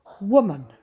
woman